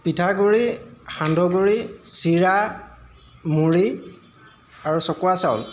পিঠাগুড়ি সান্দহগুড়ি চিৰা মুড়ি আৰু চকোৱা চাউল